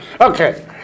Okay